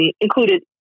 included